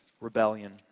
rebellion